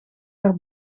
naar